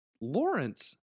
Lawrence